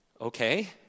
Okay